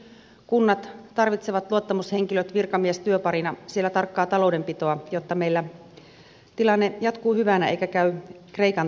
kuitenkin kunnat tarvitsevat luottamushenkilöt virkamiestyöparina siellä tarkkaa taloudenpitoa jotta meillä tilanne jatkuu hyvänä eikä käy kreikan tie